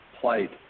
plight